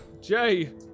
Jay